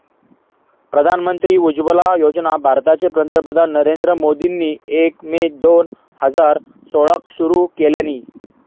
प्रधानमंत्री उज्ज्वला योजना भारताचे पंतप्रधान नरेंद्र मोदींनी एक मे दोन हजार सोळाक सुरू केल्यानी